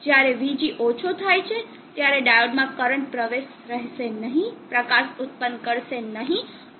જ્યારે Vg ઓછો થાય છે ત્યારે ડાયોડમાં કરંટ પ્રવાહ રહેશે નહીં પ્રકાશ ઉત્પન્ન કરશે નહી અને તેથી Q4 બંધ થશે